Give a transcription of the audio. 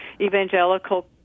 evangelical